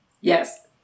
Yes